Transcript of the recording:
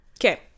Okay